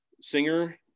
singer